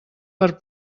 per